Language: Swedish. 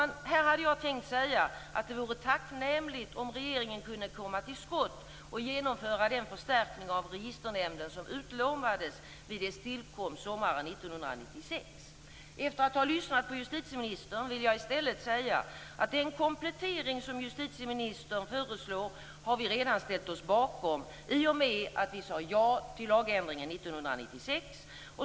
I mitt skrivna manus hade jag här förberett ett påpekande om att det vore tacknämligt om regeringen kunde komma till skott och genomföra den förstärkning av Registernämnden som utlovades vid dess tillkomst sommaren 1996. Efter att ha lyssnat på justitieministern vill jag säga att vi redan har ställt oss bakom den komplettering som justitieministern förslår i och med att vi sade ja till lagändringen 1996.